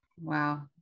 Wow